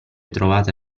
trovata